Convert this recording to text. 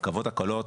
הרכבות הקלות,